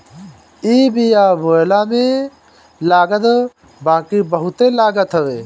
इ बिया बोअला में लागत बाकी बहुते लागत हवे